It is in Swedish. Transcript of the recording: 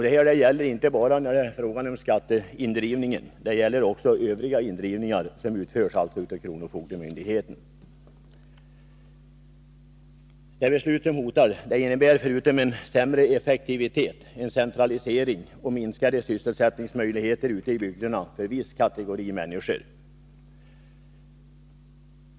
Det gäller inte bara i fråga om skatteindrivning, utan det gäller också övriga indrivningar som utförs av kronofogdemyndigheten. Det beslut som hotar innebär förutom en sämre effektivitet en centralisering och minskade sysselsättningsmöjligheter ute i bygderna för en viss kategori människor.